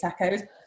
tacos